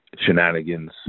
shenanigans